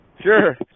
Sure